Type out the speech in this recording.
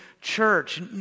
church